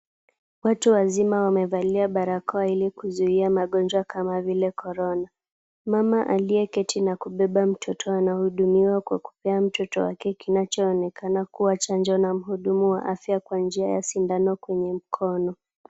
Watu wazima wamevalia barakoa ili kuzuia magonjwa kama vile Corona . Mama aliyeketi na kubeba mtoto anahudumiwa kwa kupea mtoto wake kinachoonekana kuwa chanjo na mhudumu wa afya kwa njia ya sindano kwenye mkono.